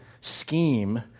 scheme